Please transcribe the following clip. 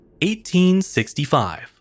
1865